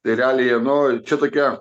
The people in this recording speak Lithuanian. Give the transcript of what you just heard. tai realiai nu čia tokia